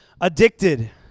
Addicted